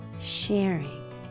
sharing